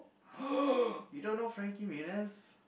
you don't know Frankie-Muniz